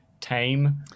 Tame